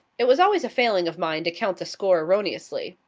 it was always a failing of mine to count the score erroneously.